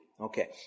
Okay